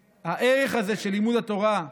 הערך הזה של לימוד התורה,